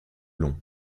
long